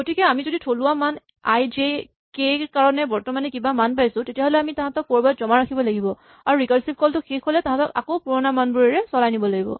গতিকে আমি যদি থলুৱা মান আই জে কে ৰ কাৰণে বৰ্তমানে কিবা মান পাইছো তেতিয়াহ'লে আমি তাহাঁতক ক'ৰবাত জমা ৰাখিব লাগিব আৰু ৰিকাৰছিভ কল টো শেষ হ'লে তাহাঁতক আকৌ লৈ পুৰণা মানবোৰেৰে চলাই নিব লাগিব